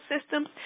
system